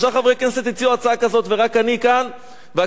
הציעו הצעה כזאת ורק אני כאן והכנסת ריקה.